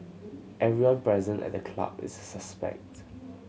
everyone present at the club is a suspect